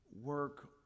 work